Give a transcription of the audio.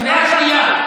קריאה שנייה.